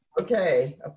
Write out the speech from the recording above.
Okay